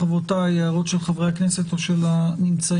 הערות של חברי הכנסת או של הנוכחים?